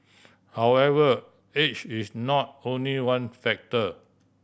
however age is not only one factor